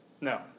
No